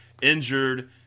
Injured